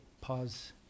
pause